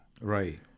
Right